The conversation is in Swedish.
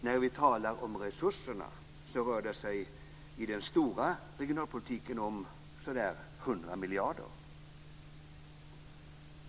När vi talar om resurserna rör det sig i den stora regionalpolitiken om ca 100 miljarder.